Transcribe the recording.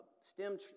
stem